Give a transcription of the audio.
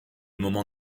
moment